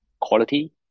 quality